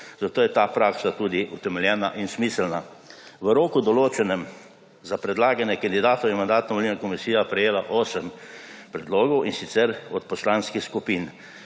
zato je ta praksa tudi utemeljena in smiselna. V roku, določenem za predlaganje kandidatov, je Mandatno-volilna komisija prejela osem predlogov, in sicer od poslanskih skupin